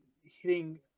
hitting